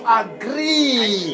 agree